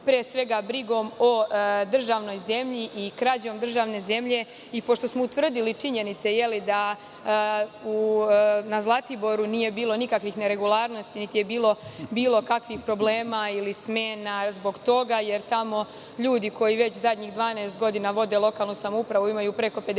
pre svega brigom o državnoj zemlji i krađom državne zemlje. Pošto smo utvrdili činjenice da na Zlatiboru nije bilo nikakvih neregularnosti, niti je bilo bilo kakvih problema ili smena zbog toga, jer tamo ljudi koji već zadnjih 12 godina vode lokalnu samoupravu imaju preko 50%